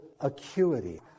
acuity